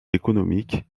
économique